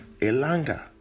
Elanga